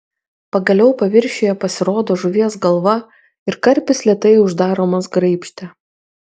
pagaliau paviršiuje pasirodo žuvies galva ir karpis lėtai uždaromas graibšte